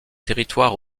territoires